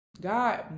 god